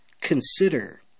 consider